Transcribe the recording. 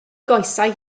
goesau